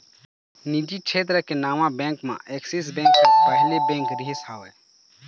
निजी छेत्र के नावा बेंक म ऐक्सिस बेंक ह पहिली बेंक रिहिस हवय